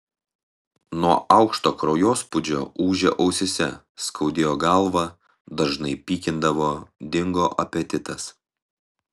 nuo aukšto kraujospūdžio ūžė ausyse skaudėjo galvą dažnai pykindavo dingo apetitas